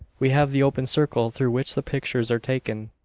we have the open circle through which the pictures are taken,